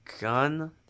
gun